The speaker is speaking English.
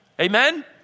Amen